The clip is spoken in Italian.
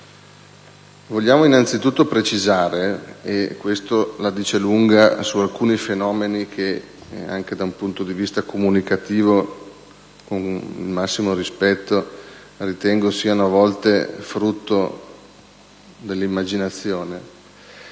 Vogliamo innanzitutto precisare - questo la dice lunga su alcuni fenomeni che, anche da un punto di vista comunicativo, con il massimo rispetto, ritengo siano a volte frutto dell'immaginazione